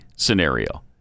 scenario